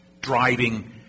driving